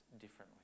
differently